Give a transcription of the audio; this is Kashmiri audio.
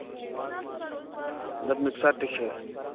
دَپ مِکسر تہِ چھُ